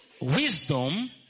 Wisdom